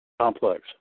Complex